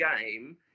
game